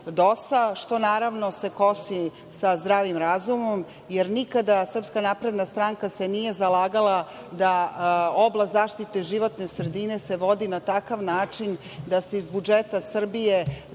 što se naravno kosi sa zdravim razumom, jer nikada SNS se nije zalagala da oblast zaštite životne sredine se vodi na takav način da se iz budžeta Srbije